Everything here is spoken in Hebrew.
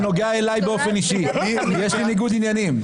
זה נוגע אליי באופן אישי, יש לי ניגוד עניינים.